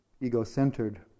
ego-centered